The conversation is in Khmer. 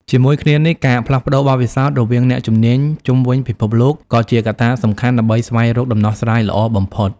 ជាមួយគ្នានេះ ការផ្លាស់ប្ដូរបទពិសោធន៍រវាងអ្នកជំនាញជុំវិញពិភពលោក គឺជាកត្តាសំខាន់ដើម្បីស្វែងរកដំណោះស្រាយល្អបំផុត។